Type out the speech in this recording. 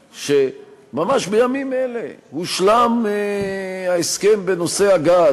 שממש בימים אלה הושלם ההסכם בנושא הגז,